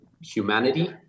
humanity